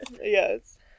yes